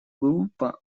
группа